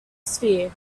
sphere